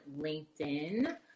LinkedIn